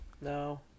no